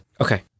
Okay